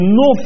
no